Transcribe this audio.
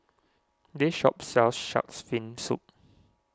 this shop sells Shark's Fin Soup